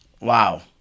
Wow